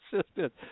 Assistant